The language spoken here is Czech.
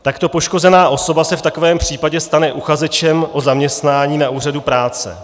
Takto poškozená osoba se v takovém případě stane uchazečem o zaměstnání na úřadu práce.